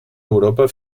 europa